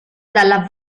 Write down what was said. dalla